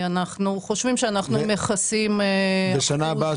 אנחנו חושבים שאנחנו מכסים --- בשנה הבאה,